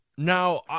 Now